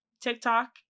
TikTok